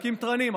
להקים תרנים.